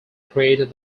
created